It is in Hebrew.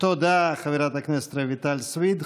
תודה, חברת הכנסת רויטל סויד.